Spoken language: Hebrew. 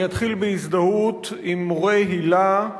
אני אתחיל בהזדהות עם מורי היל"ה.